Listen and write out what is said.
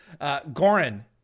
Goran